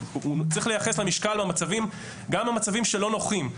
צריך לה משקל גם במצבים שלא נוחים,